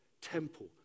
temple